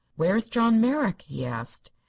where is john merrick? he asked.